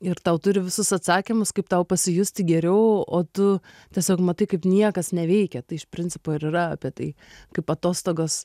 ir tau turi visus atsakymus kaip tau pasijusti geriau o tu tiesiog matai kaip niekas neveikia tai iš principo ir yra apie tai kaip atostogos